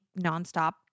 nonstop